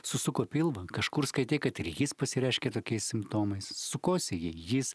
susuko pilvą kažkur skaitei kad ir jis pasireiškia tokiais simptomais sukosėjai jis